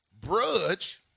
Brudge